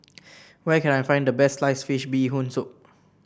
where can I find the best slice fish Bee Hoon Soup